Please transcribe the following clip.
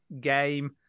game